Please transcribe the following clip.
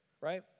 right